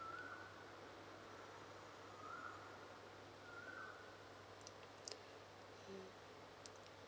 mm